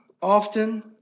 often